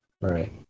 Right